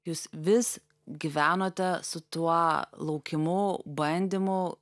jūs vis gyvenote su tuo laukimu bandymu